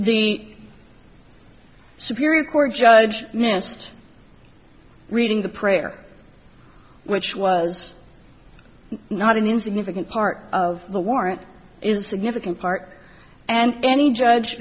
the superior court judge missed reading the prayer which was not an insignificant part of the warrant is a significant part and any judge